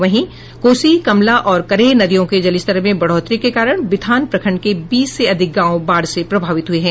वहीं कोसी कमला और करेह नदियों के जलस्तर में बढ़ोतरी के कारण बिथान प्रखंड के बीस से अधिक गांव बाढ़ से प्रभावित हुए है